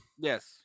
Yes